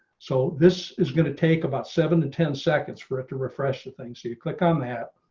so this is going to take about seven to ten seconds for it to refresh the thing. so you click on that.